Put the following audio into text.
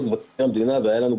מבקר המדינה העלה שתי נקודות,